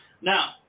Now